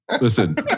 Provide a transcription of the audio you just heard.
listen